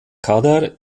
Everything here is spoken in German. kader